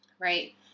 right